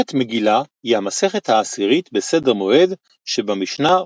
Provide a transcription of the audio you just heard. מסכת מגלה היא המסכת העשירית בסדר מועד שבמשנה,